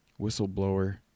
whistleblower